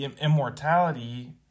immortality